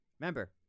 Remember